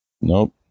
nope